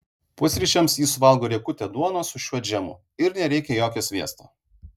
pusryčiams ji suvalgo riekutę duonos su šiuo džemu ir nereikia jokio sviesto